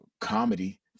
comedy